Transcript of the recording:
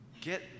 get